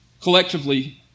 collectively